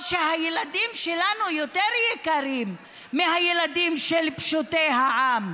או שהילדים שלנו יותר יקרים מהילדים של פשוטי העם?